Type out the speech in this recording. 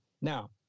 Now